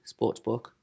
sportsbook